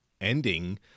ending